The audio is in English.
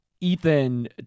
Ethan